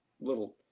little